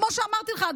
כמו שאמרתי לך,